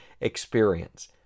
experience